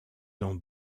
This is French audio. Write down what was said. dans